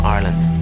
Ireland